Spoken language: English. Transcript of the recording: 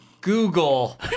Google